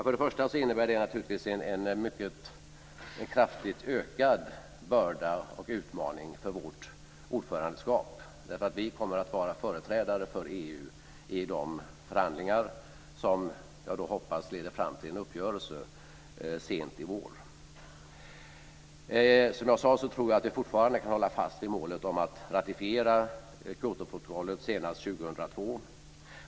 Först och främst innebär det naturligtvis en mycket kraftigt ökad börda och utmaning för vårt ordförandeskap, därför att vi kommer att vara företrädare för EU i de förhandlingar som jag hoppas leder fram till en uppgörelse sent i vår. Som jag sade tror jag att vi fortfarande kan hålla fast vid målet att ratificera Kyotoprotokollet senast 2002.